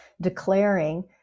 declaring